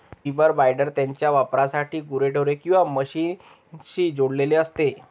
reaper binder त्याच्या वापरासाठी गुरेढोरे किंवा मशीनशी जोडलेले असते